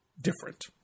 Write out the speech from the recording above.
different